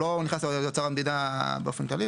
הוא לא נכנס לאוצר המדינה באופן נכללי,